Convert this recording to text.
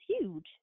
huge